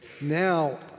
Now